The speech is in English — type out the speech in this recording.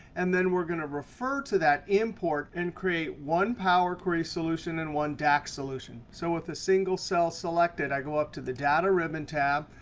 and then we're going to refer to that import and create one power query solution and one dax solution. so with a single cell selected, i go up to the data ribbon tab,